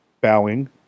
bowing